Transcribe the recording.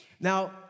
Now